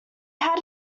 had